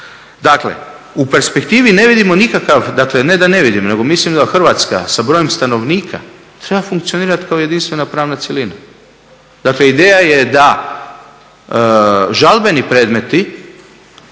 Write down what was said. Dakle, u perspektivi ne vidimo nikakav, dakle ne da ne vidimo nego mislim da Hrvatska sa brojem stanovnika treba funkcionirati kao jedinstvena pravna cjelina. Dakle, ideja je da žalbeni predmeti